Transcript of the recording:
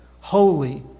Holy